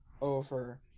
over